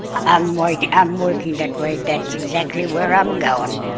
i'm like i'm working that way, that's exactly where i'm going.